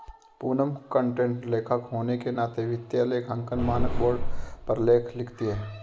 Poonam content लेखक होने के नाते वित्तीय लेखांकन मानक बोर्ड पर लेख लिखती है